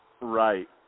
right